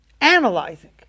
analyzing